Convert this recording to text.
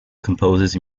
composes